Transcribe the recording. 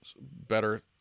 better